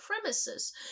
premises